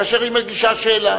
כאשר היא מגישה שאלה.